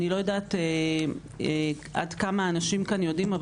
אני לא יודעת עד כמה אנשים כאן יודעים,